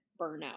burnout